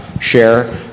share